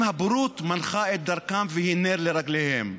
הבורות מנחה את דרכם והיא נר לרגליהם.